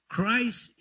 Christ